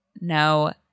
no